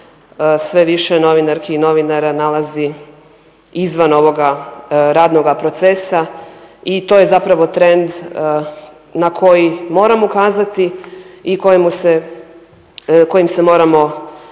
sve više novinarki i novinara nalazi izvan ovoga radnoga procesa i to je zapravo trend na koji moram ukazati i kojim se moramo u